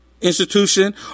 institution